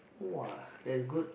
!wah! that's good